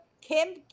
kim